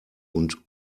und